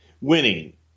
winning